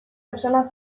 personas